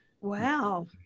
Wow